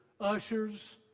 ushers